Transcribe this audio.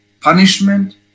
punishment